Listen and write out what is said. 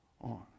on